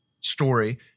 story